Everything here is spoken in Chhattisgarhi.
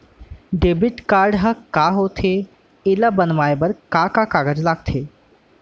डेबिट कारड ह का होथे एला बनवाए बर का का कागज लगथे?